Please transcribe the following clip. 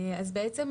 אז בעצם,